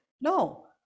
No